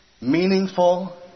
meaningful